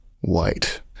white